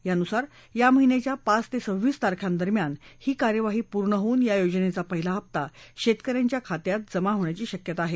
यानुसार या महिन्याच्या पाच ते सव्वीस तारखांदरम्यान ही कार्यवाही पूर्ण होऊन या योजनेचा पहिला हप्ता शेतकऱ्यांच्या खात्यात जमा होण्याची शक्यता आहे